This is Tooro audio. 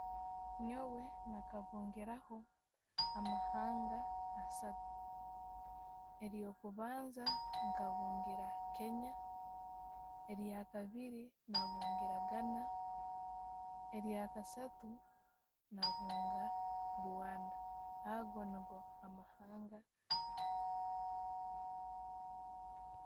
Nyonwe nkabungerihaho amahanga asaatu, eryo kubanza nkabungiira Kenya. Elya kabiiri, nkabungiira Ghana. Elya kasatu, nobungiira Rwanda, ago niigo amahanga.